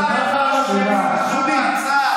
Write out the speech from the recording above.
שקרן וצבוע.